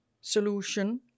solution